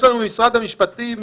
יש לנו ממשרד המשפטים,